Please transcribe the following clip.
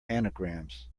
anagrams